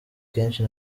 kenshi